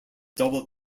double